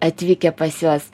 atvykę pas juos